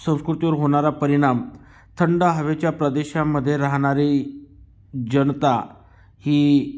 संस्कृतीवर होणारा परिणाम थंड हवेच्या प्रदेशामध्ये राहणारी जनता ही